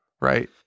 Right